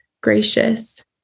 gracious